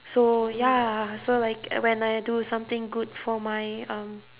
so ya so like when I do something good for my um